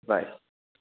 by